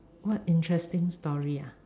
what interesting story ah